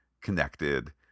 connected